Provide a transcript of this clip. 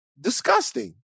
disgusting